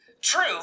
True